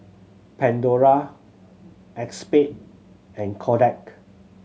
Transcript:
Pandora Acexspade and Kodak